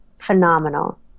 phenomenal